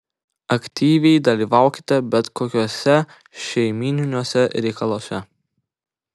aktyviai dalyvaukite bet kokiuose šeimyniniuose reikaluose